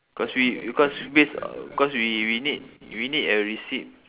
cause we cause based cause we we need we need a receipt